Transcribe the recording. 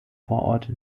vorort